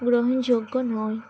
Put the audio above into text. গ্রহণযোগ্য নয়